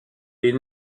est